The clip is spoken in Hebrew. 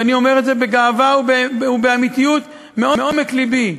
ואני אומר את זה בגאווה ובאמיתיות מעומק לבי.